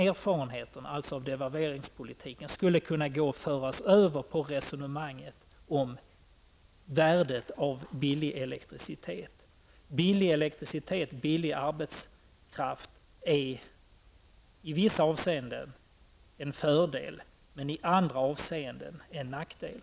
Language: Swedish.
Erfarenheterna från devalveringspolitiken skulle kunna överföras till resonemanget om värdet av billig elektricitet. Billig elektricitet och arbetskraft är i vissa avseenden en fördel, men i andra avseenden en nackdel.